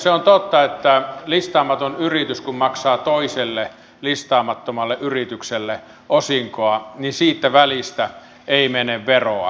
se on totta että kun listaamaton yritys maksaa toiselle listaamattomalle yritykselle osinkoa niin siitä välistä ei mene veroa